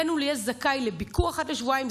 בן אוליאל זכאי לביקור אחת לשבועיים,